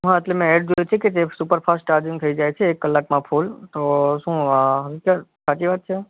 હા એટલે મેં ઍડ જોઈ હતી કે જે સુપર ફાસ્ટ ચાર્જિંગ થઈ જાય છે એક કલાકમાં ફુલ તો શું અઅ સાચી વાત છે